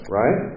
right